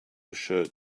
shirt